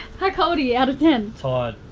how cold are you out of ten? tired.